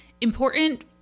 important